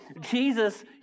Jesus